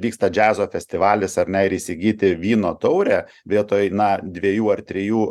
vyksta džiazo festivalis ar ne ir įsigyti vyno taurę vietoj na dviejų ar trijų